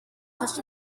such